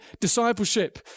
discipleship